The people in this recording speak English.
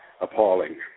appalling